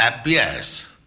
appears